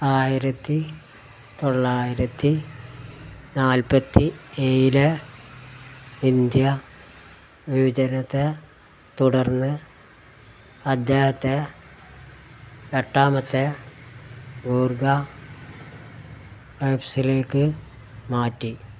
ആയിരത്തി തൊള്ളായിരത്തി നാൽപ്പത്തി ഏഴിലെ ഇന്ത്യ വിഭജനത്തെ തുടർന്ന് അദ്ദേഹത്തെ എട്ടാമത്തെ ഗൂർഖ റൈഫിൾസിലേക്ക് മാറ്റി